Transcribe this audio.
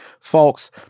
folks